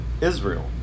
Israel